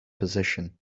position